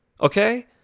Okay